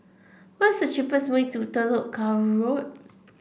what is the cheapest way to Telok Kurau Road